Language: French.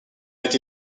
été